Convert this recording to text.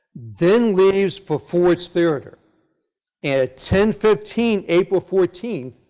then leaves for ford's theater. and at ten fifteen, april fourteen,